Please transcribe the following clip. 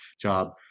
job